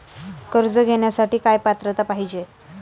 कर्ज घेण्यासाठी काय पात्रता पाहिजे?